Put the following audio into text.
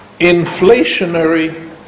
Inflationary